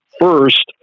first